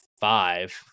five